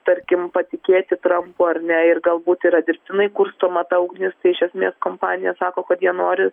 tarkim patikėti trampu ar ne ir galbūt yra dirbtinai kurstoma ta ugnis tai iš esmės kompanija sako kad jie nori